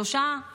שלושה,